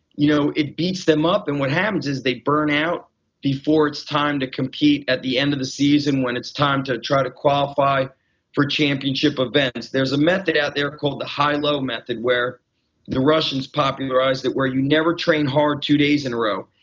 you know it beats them up and what happens is they burn out before it's time to compete at the end of the season when it's time to try to qualify for championship events. there was a method out there called the high low method where the russians popularized it where you never train hard two days in a row.